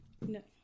No